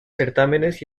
certámenes